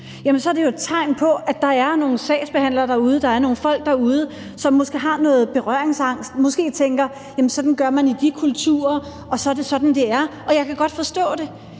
familier, så er det jo et tegn på, at der er nogle folk, nogle sagsbehandlere derude, som måske har noget berøringsangst og tænker: Sådan gør man i de kulturer, og så er det sådan, det er. Og jeg kan godt forstå det.